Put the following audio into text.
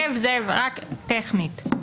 זאב, טכנית.